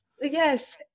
yes